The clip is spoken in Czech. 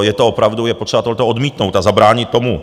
Je opravdu potřeba tohleto odmítnout a zabránit tomu.